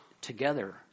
together